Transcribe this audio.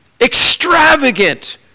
extravagant